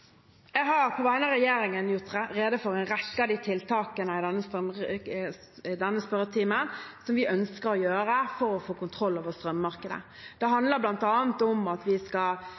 Jeg har i denne spørretimen på vegne av regjeringen gjort rede for en rekke av de tiltakene som vi ønsker å gjøre for å få kontroll over strømmarkedet. Det handler bl.a. om at vi skal